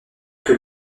que